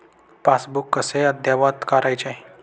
Passbook कसे अद्ययावत करायचे?